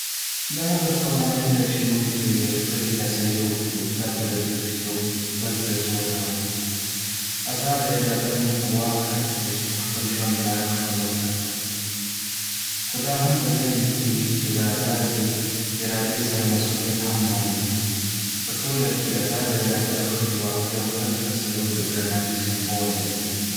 دا هغه توانايي ده چې موږ پرې خپل فیصلې وکړو، پرته له دې چې څوک بل پرې زور راوړي. آزاده اراده موږ ته واک راکوي چې د خپل ژوند لاره خپله وټاکو. خو دا هم په ذهن کې وي چې د آزادې ارادې سره مسئولیت هم مل دی. په ټوله کې، آزاده اراده د خپلواکۍ او خپل فیصلو د درناوي سمبول دی.